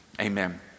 amen